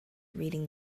reading